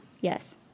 Yes